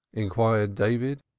inquired david,